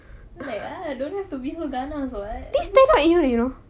rilek ah don't have to be so ganas [what]